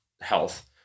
health